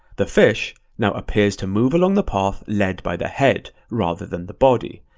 the fish now appears to move along the path led by the head rather than the body.